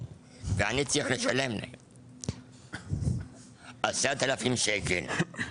ואני צריך לשלם 10,000 שקלים.